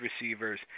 receivers